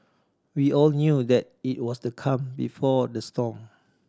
we all knew that it was the calm before the storm